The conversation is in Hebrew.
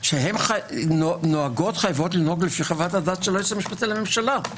שהן חייבות לנהוג לפי חוות הדעת של היועץ המשפטי לממשלה.